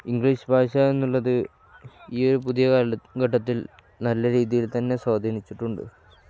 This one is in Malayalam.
ഇംഗ്ലീഷ് ഭാഷ എന്നുള്ളത് ഈയൊരു പുതിയ കാലഘട്ടത്തിൽ നല്ല രീതിയിൽത്തന്നെ സ്വാധീനിച്ചിട്ടുണ്ട്